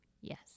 yes